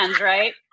right